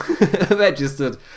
registered